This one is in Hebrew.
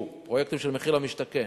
פרויקטים של מחיר למשתכן,